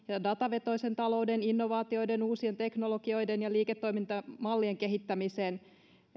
datavetoisen talouden innovaatioiden uusien teknologioiden ja liiketoimintamallien kehittämiseen